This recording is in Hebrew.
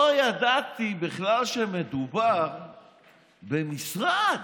לא ידעתי בכלל שמדובר במשרד,